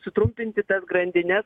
sutrumpinti tas grandines